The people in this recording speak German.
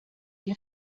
die